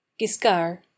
Giscard